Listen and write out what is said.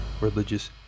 religious